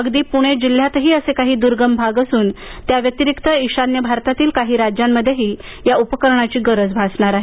अगदी प्णे जिल्ह्यातही असे काही दुर्गम भाग असून त्याव्यतिरिक्त ईशान्य भारतातील काही राज्यातही या उपकरणाची गरज भासणार आहे